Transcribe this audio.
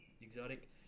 exotic